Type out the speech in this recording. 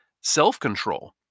self-control